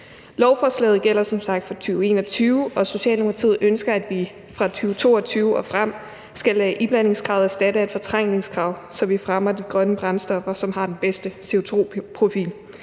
Lovforslaget gælder som sagt fra 2021, og Socialdemokratiet ønsker, at vi fra 2022 og frem skal lade iblandingskravet erstatte af et fortrængningskrav, så vi fremmer de grønne brændstoffer, som har den bedste CO2-profil.